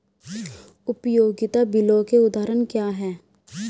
उपयोगिता बिलों के उदाहरण क्या हैं?